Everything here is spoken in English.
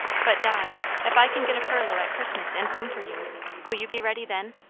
but, di if i can get a furlough at christmas and come for you will you be ready then?